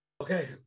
Okay